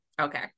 okay